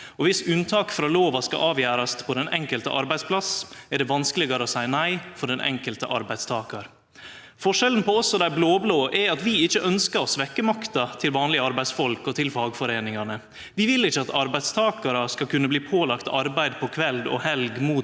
Viss unntak frå lova skal avgjerast på den enkelte arbeidsplass, er det vanskelegare å seie nei for den enkelte arbeidstakar. Forskjellen på oss og dei blå-blå er at vi ikkje ønsker å svekke makta til vanlege arbeidsfolk og til fagforeiningane. Vi vil ikkje at arbeidstakarar mot sin vilje skal kunne bli pålagde arbeid på kveldstid og